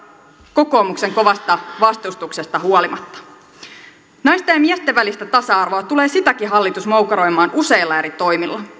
kokoomuksen kovasta vastustuksesta huolimatta naisten ja miesten välistä tasa arvoa tulee sitäkin hallitus moukaroimaan useilla eri toimilla